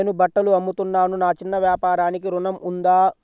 నేను బట్టలు అమ్ముతున్నాను, నా చిన్న వ్యాపారానికి ఋణం ఉందా?